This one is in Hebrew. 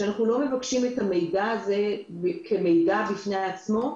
שאנחנו לא מבקשים את המידע הזה כמידע בפני עצמו,